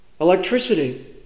Electricity